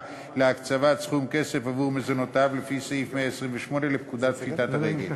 להקצבת סכום כסף עבור מזונותיו לפי סעיף 128 לפקודת פשיטת הרגל.